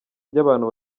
ry’abantu